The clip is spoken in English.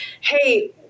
hey